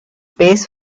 base